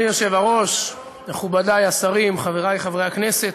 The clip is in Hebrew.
אדוני היושב-ראש, מכובדי השרים, חברי חברי הכנסת,